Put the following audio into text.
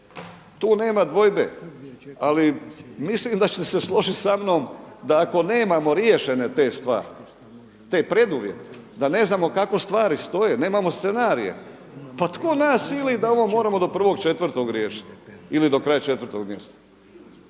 tu nema dvojbe. Ali mislim da ćete se složiti sa mnom da ako nemamo riješene te stvari, te preduvjete, da ne znamo kako stvari stoje, nemamo scenarije pa tko nas sili da ovo moramo do 1.4. riješiti ili do kraja 4. mjeseca.